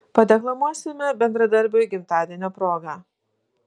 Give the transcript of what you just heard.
padeklamuosime bendradarbiui gimtadienio proga